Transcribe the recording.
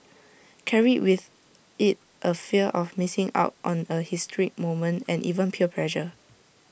carried with IT A fear of missing out on A historic moment and even peer pressure